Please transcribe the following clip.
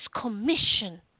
commission